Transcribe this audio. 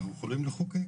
אנחנו יכולים לחוקק